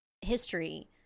history